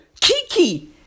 Kiki